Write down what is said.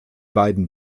beiden